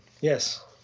yes